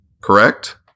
correct